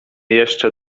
jeszcze